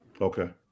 Okay